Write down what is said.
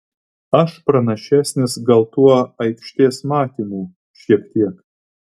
aš pranašesnis gal tuo aikštės matymu šiek tiek